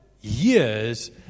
years